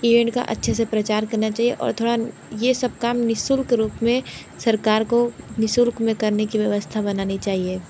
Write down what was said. ये इनका अच्छे से प्रचार करना चाहिए और थोड़ा ये सब काम निशुल्क रूप में सरकार को निशुल्क में करने की व्यवस्था बनानी चाहिए